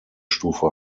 stufe